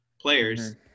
players